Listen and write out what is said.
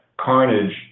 carnage